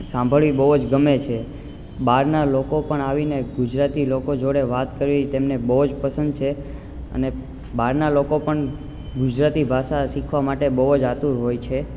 સાંભળવી બહુ જ ગમે છે બહારના લોકો પણ આવીને ગુજરાતી લોકો જોડે વાત કરવી તેમને બહુ જ પસંદ છે અને બહારના લોકો પણ ગુજરાતી ભાષા શીખવા માટે બહુ જ આતુર હોય છે